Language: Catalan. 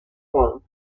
bol